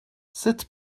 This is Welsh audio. sut